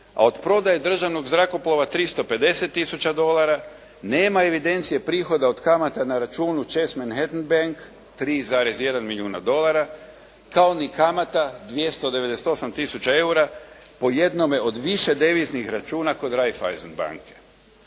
a od prodaje državnog zrakoplova 350 tisuća dolara. Nema evidencije prihoda od kamata na računa «Chas Manhatan Bank» 3,1 milijuna dolara kao ni kamata 298 tisuća EUR-a po jednome od više deviznih računa kod Reiffeisen banke.